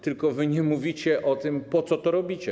Tylko wy nie mówicie o tym, po co to robicie.